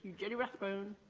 jenny rathbone